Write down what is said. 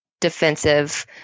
defensive